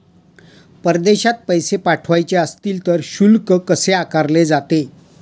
परदेशात पैसे पाठवायचे असतील तर शुल्क कसे आकारले जाते?